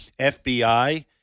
FBI